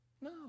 No